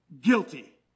Guilty